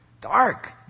Dark